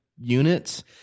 units